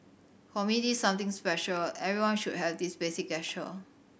for me this something special everyone should have this basic gesture